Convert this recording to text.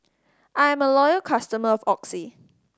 I'm a loyal customer of Oxy